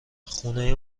خونه